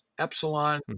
Epsilon